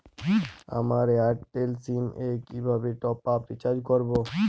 আমার Airtel SIM এ কিভাবে টপ আপ রিচার্জ করবো?